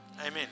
Amen